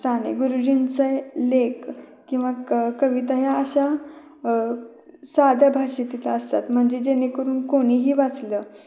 साने गुरुजींचे लेख किंवा क कविता ह्या अशा साध्या भाषेतच असतात म्हणजे जेणेकरून कोणीही वाचलं